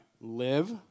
live